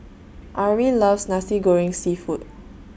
Arie loves Nasi Goreng Seafood